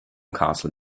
castle